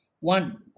One